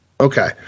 Okay